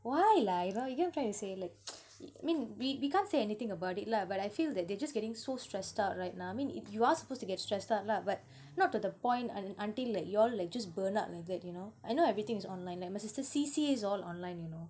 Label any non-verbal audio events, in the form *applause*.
why lah you know you get what I'm trying to say like *noise* I mean we we can't say anything about it lah but I feel that they just getting so stressed out right now I mean if you are supposed to get stressed out lah but not to the point until like you all like just burn up like that you know I know everything is online like my sister C_C_A is all online you know